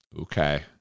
Okay